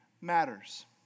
matters